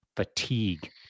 fatigue